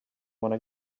wanna